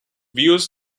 views